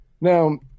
Now